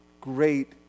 great